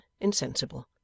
insensible